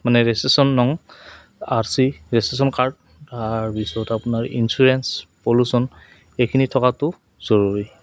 মানে ৰেজিষ্ট্ৰেশ্যন নং R C registration card তাৰপিছত আপোনাৰ ইঞ্চুৰেঞ্চ পলুচন এইখিনি থকাটো জৰুৰী